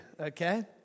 okay